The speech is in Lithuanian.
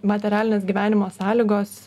materialinės gyvenimo sąlygos